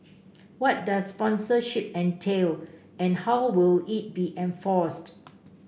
what does sponsorship entail and how will it be enforced